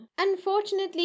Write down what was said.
Unfortunately